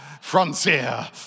frontier